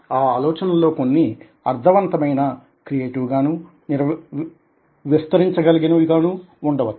ఆ ఆలోచన ల లో కొన్ని అర్దవంతమైన క్రియేటివ్ గానూ విస్తరించగలిగినవి గానూ వుండవచ్చు